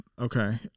Okay